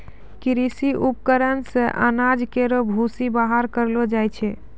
कृषि उपकरण से अनाज केरो भूसी बाहर करलो जाय छै